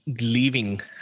leaving